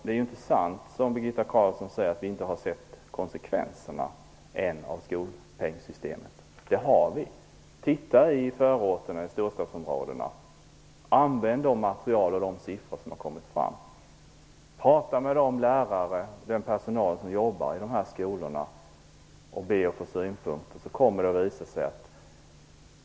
Det är ju inte sant, som Birgitta Carlsson säger, att vi inte har sett konsekvenserna av skolpengssystemet än. Det har vi. Titta i storstadsområdenas förorter! Använd de material och de siffror som har presenterats. Prata med de lärare och den övriga personal som jobbar i de här skolorna och be att få synpunkter!